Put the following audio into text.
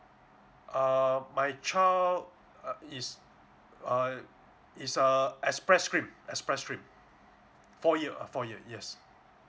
err my child uh is err is uh express stream express stream four year uh four year yes